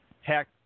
Heck